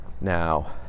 now